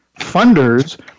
Funders